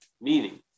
meaning